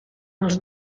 els